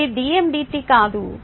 ఇది dm dt కాదు